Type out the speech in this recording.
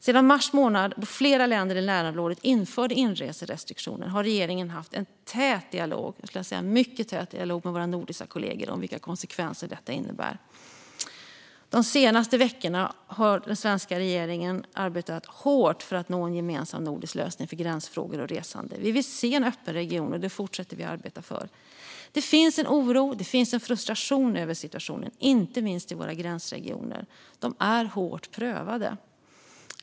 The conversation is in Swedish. Sedan mars månad, när flera länder i närområdet införde inreserestriktioner, har regeringen haft en mycket tät dialog med våra nordiska kollegor om vilka konsekvenser detta innebär. De senaste veckorna har den svenska regeringen arbetat hårt för att nå en gemensam nordisk lösning för gränsfrågor och resande. Vi vill se en öppen region, och det fortsätter vi att arbeta för. Det finns en oro, och det finns en frustration över situationen, inte minst i våra gränsregioner. De är hårt prövade.